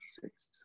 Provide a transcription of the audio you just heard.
six